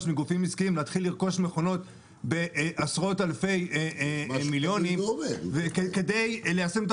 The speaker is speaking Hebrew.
מגופים עסקיים להתחיל לרכוש מכונות בעשרות אלפי מיליונים די ליישם את